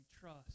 trust